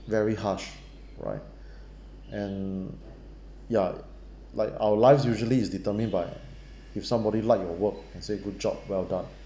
very harsh right and yeah like our life usually is determined by if somebody like your work and said good job well done